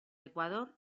ecuador